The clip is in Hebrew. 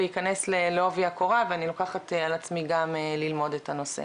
להיכנס לעובי הקורה ואני לוקחת על עצמי גם ללמוד את הנושא.